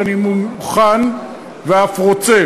שאני מוכן ואף רוצה,